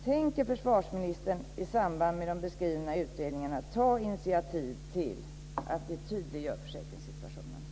Tänker försvarsministern i samband med de beskrivna utredningarna ta initiativ till att vi tydliggör försäkringssituationen?